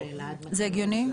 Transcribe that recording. זה הגיוני?